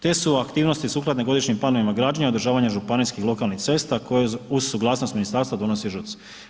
Te su aktivnosti sukladne godišnjim planovima građenja i održavanja županijskih lokalnih cesta koje uz suglasnost ministarstva donosi ŽUC.